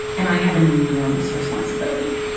and i have an enormous responsibility.